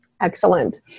Excellent